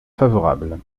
favorable